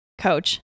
coach